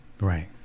Right